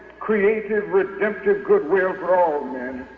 creative, redemptive goodwill for all